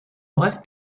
brève